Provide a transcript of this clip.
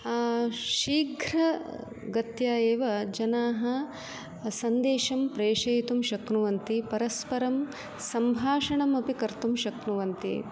शीघ्रगत्या एव जनाः सन्देशं प्रेषयितुं शक्नुवन्ति परस्परं सम्भाषणमपि कर्तुं शक्नुवन्ति